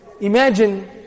imagine